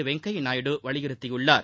வெங்கையா நாயுடு வலியுறுத்தி உள்ளார்